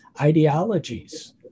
ideologies